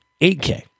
8K